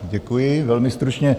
Děkuji, velmi stručně.